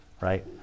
right